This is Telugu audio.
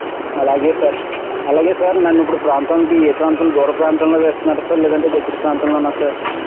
అలాగే సార్ అలాగే సార్ నన్ను ఇంకో ప్రాంతానికి ఏ ప్రాంతానికి దూర ప్రాంతంలో వేస్తున్నారు సార్ లేదంటే దగ్గర ప్రాంతంలోనా సార్